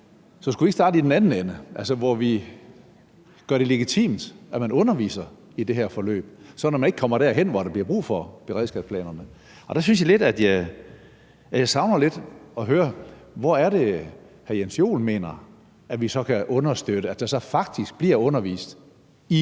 Så skulle vi ikke starte i den anden ende, hvor vi gør det legitimt, at man underviser i det her forløb, så vi ikke kommer derhen, hvor der bliver brug for beredskabsplanerne? Jeg synes, at jeg savner lidt at høre, hvordan hr. Jens Joel mener at vi kan understøtte, at der faktisk blive undervist i